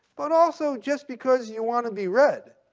but also just because you want to be read,